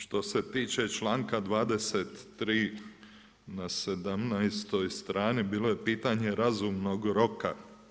Što se tiče članaka 23. na 17. strani, bilo je pitanje razumnog roka.